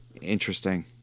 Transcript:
Interesting